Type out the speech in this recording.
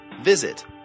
Visit